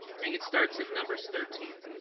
and it starts in numbers thirteen